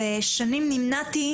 ושנים נמנעתי,